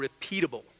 repeatable